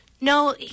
No